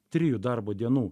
trijų darbo dienų